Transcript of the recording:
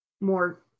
more